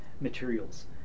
materials